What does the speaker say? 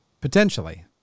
Potentially